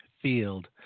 field